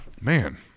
Man